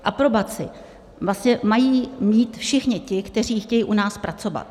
Aprobaci vlastně mají mít všichni ti, kteří chtějí u nás pracovat.